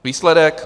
Výsledek?